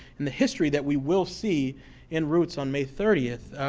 and the history that we will see in roots on may thirtieth.